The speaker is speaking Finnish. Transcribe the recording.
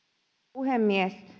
puhemies